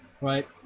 right